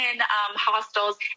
hostels